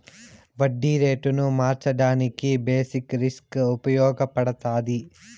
వడ్డీ రేటును మార్చడానికి బేసిక్ రిస్క్ ఉపయగపడతాది